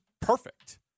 perfect